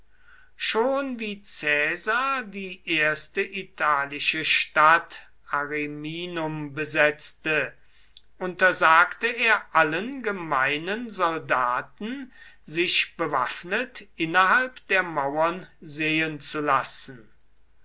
schon wie caesar die erste italische stadt ariminum besetzte untersagte er allen gemeinen soldaten sich bewaffnet innerhalb der mauern sehen zu lassen